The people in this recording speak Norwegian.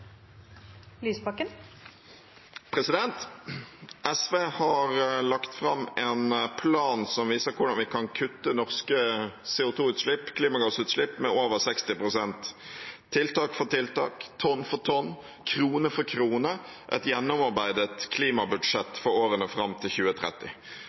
viser hvordan vi kan kutte norske CO 2 -utslipp, klimagassutslipp, med over 60 pst. – tiltak for tiltak, tonn for tonn, krone for krone – et gjennomarbeidet